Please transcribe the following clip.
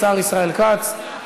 השר ישראל כץ.